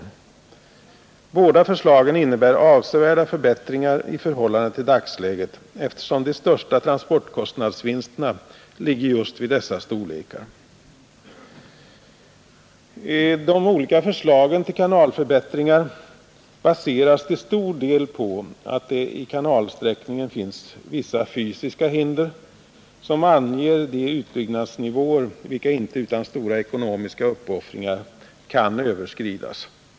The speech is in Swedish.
Båda förslagen innebär avsevärda förbättringar i förhållande till dagsläget, eftersom de största transportkostnadsvinsterna ligger just vid dessa storlekar. De olika förslagen till kanalförbättringar baseras till stor del på att det i kanalsträckningen finns vissa fysiska hinder som anger de utbyggnadsnivåer vilka inte utan stora ekonomiska uppoffringar kan överskridas.